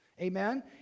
Amen